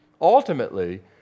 Ultimately